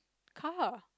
car